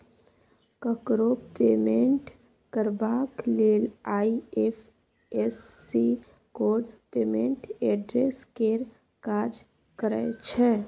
ककरो पेमेंट करबाक लेल आइ.एफ.एस.सी कोड पेमेंट एड्रेस केर काज करय छै